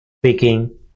speaking